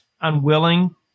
unwilling